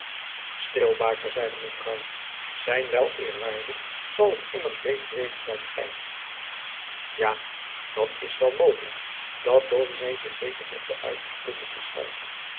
stil baker zeide mevrouw zijn wel eerwaarde zal het immers beter weten dan gij ja dat is wel mogelijk dat dominé zich beter op de uitlegkunde verstaat